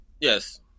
Yes